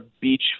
beach